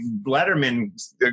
Letterman